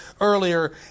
earlier